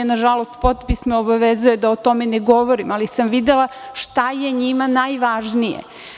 Nažalost, potpis me obavezuje da o tome ne govorim, ali sam videla šta je njima najvažnije.